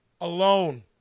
alone